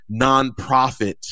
nonprofit